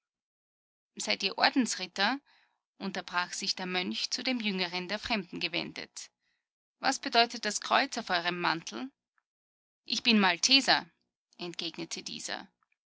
seid ihr ordensritter unterbrach sich der mönch zu dem jüngeren der fremden gewendet was bedeutet das kreuz auf eurem mantel ich bin malteser entgegnete dieser